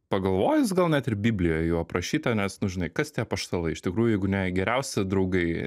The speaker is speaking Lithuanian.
pagalvojus gal net ir biblijoje jau aprašyta nes nu žinai kas tie apaštalai iš tikrųjų jeigu ne geriausi draugai